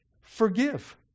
forgive